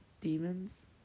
Demons